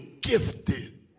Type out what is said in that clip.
gifted